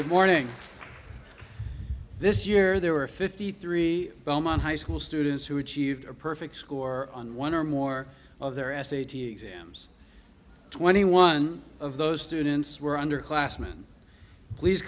the morning this year there were fifty three belmont high school students who achieved a perfect score on one or more of their s a t s twenty one of those students were underclassmen please